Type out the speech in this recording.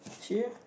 here